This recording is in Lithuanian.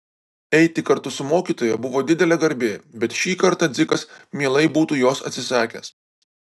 eiti kartu su mokytoja buvo didelė garbė bet šį kartą dzikas mielai būtų jos atsisakęs